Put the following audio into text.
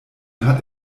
hat